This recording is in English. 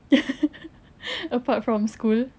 apart from school